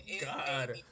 God